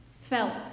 felt